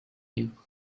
you